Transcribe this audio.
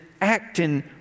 acting